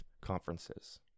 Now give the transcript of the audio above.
conferences